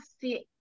see